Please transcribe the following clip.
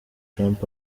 trump